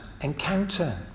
encounter